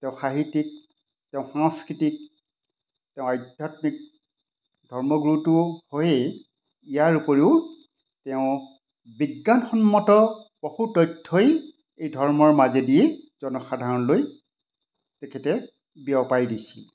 তেওঁ সাহিত্যিক তেওঁ সাংস্কৃতিক তেওঁ আধ্যাত্মিক ধৰ্ম গুৰুতো হৈয়েই ইয়াৰ উপৰিও তেওঁ বিজ্ঞানসন্মত বহু তথ্যই এই ধৰ্মৰ মাজেদিয়েই জনসাধাৰণলৈ তেখেতে বিয়পাই দিছিল